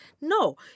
No